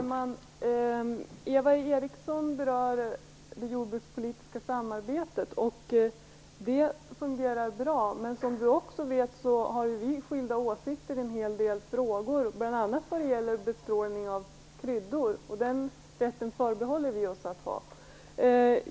Fru talman! Eva Eriksson berörde det jordbrukspolitiska samarbetet. Det fungerar bra. Men som Eva Eriksson också vet har vi skilda åsikter i en hel del frågor, bl.a. bestrålning av kryddor. Vi förbehåller oss rätten att ha det.